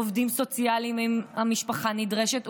ועובדים סוציאליים אם המשפחה נדרשת,